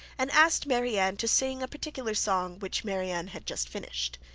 and asked marianne to sing a particular song which marianne had just finished.